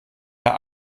herr